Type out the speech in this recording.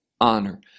honor